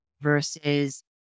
versus